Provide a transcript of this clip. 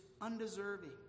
undeserving